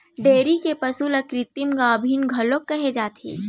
dairy के पसु ल कृत्रिम गाभिन घलौ करे जाथे